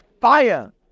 fire